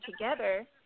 together